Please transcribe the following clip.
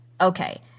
Okay